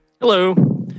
Hello